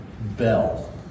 bell